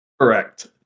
Correct